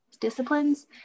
disciplines